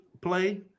play